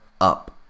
up